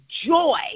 joy